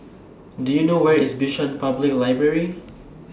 Do YOU know Where IS Bishan Public Library